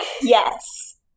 Yes